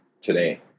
today